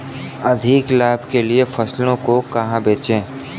अधिक लाभ के लिए फसलों को कहाँ बेचें?